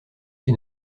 qui